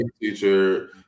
Teacher